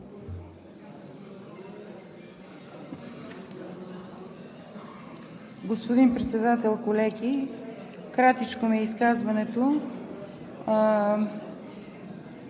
Господин Председател, колеги! Кратичко ми е изказването.